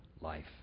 life